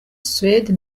suède